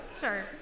sure